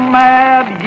mad